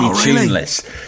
tuneless